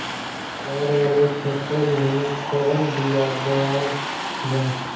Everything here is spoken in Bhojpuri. बाड़ वाले खेते मे कवन बिया बोआल जा?